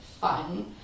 fun